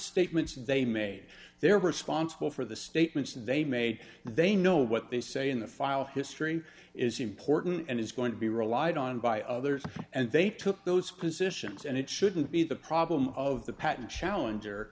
statements that they made they're responsible for the statements that they made and they know what they say in the file history is important and is going to be relied on by others and they took those positions and it shouldn't be the problem of the patent challenger